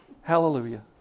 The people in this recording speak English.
Hallelujah